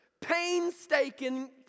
painstaking